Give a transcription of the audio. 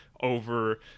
over